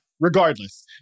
Regardless